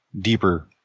deeper